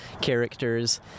characters